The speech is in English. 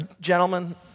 Gentlemen